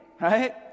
right